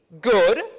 good